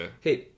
Hey